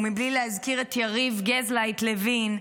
ומבלי להזכיר את יריב גזלייט לוין,